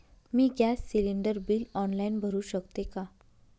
मी gas cylinder bill online भरु शकते का?